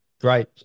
great